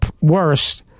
worse